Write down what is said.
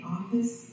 Office